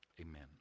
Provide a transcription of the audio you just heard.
amen